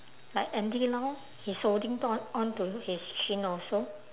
like andy lau he's holding to~ on to his chin also